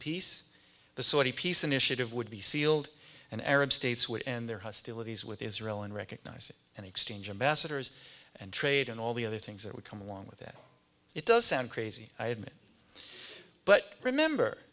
peace the saudi peace initiative would be sealed and arab states would end their hostilities with israel and recognize it and exchange a masters and trade and all the other things that would come along with that it does sound crazy i admit but remember